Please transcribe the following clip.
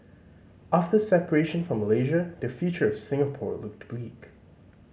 after separation from Malaysia the future of Singapore looked bleak